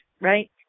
right